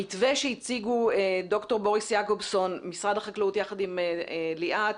המתווה שהציגו ד"ר בוריס יעקובסון ממשרד החקלאות יחד עם ליאת,